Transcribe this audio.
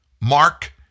Mark